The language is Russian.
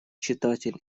читатель